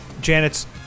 Janet's